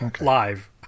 live